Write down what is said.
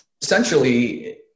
essentially